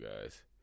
guys